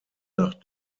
nach